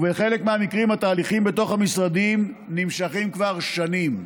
ובחלק מהמקרים התהליכים בתוך המשרדים נמשכים כבר שנים.